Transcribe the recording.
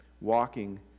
walking